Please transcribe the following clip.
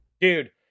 Dude